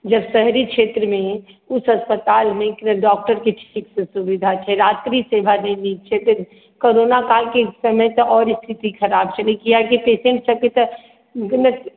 जब शहरी क्षेत्रमे ही उस अस्पतालमे डॉक्टरके नहि ठीकसँ सुविधा छै रात्रि सेवा नहि नीक छै फिर कोरोना कालके समय तऽ आओर स्थिति खराब छलैए कियाकि पेशेंटसभके तऽ गलत